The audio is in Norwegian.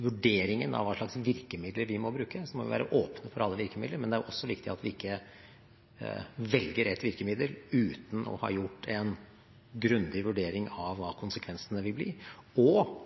vurderingen av hva slags virkemidler vi må bruke, må vi være åpne for alle virkemidler. Men det er også viktig at vi ikke velger et virkemiddel uten å ha gjort en grundig vurdering av hva konsekvensene vil bli og